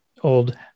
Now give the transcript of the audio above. old